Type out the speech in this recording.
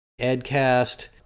Edcast